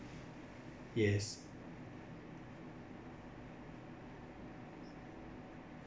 yes